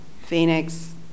Phoenix